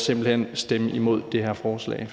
simpelt hen at stemme imod det her forslag.